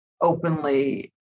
openly